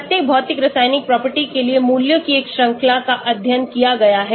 प्रत्येक भौतिक रासायनिक प्रॉपर्टी के लिए मूल्यों की एक श्रृंखला का अध्ययन किया गया है